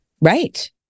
Right